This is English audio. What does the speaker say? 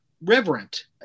reverent